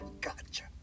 gotcha